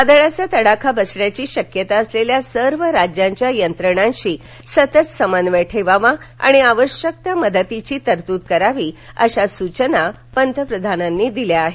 वादळाचा तडाखा बसण्याची शक्यता असलेल्या सर्व राज्यांच्या यंत्रणांशी सतत समन्वय ठेवावा आणि आवश्यक त्या मदतीची तरतूद करावी अशा सूचना पंतप्रधानांनी दिल्या आहेत